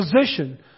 position